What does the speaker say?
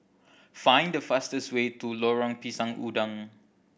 find the fastest way to Lorong Pisang Udang